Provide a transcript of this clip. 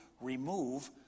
remove